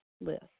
list